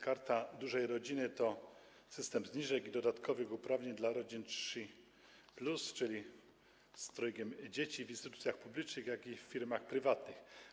Karta Dużej Rodziny to system zniżek i dodatkowych uprawnień dla rodzin 3+, czyli z trojgiem dzieci, zarówno w instytucjach publicznych, jak i w firmach prywatnych.